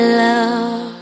love